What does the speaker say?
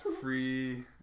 Free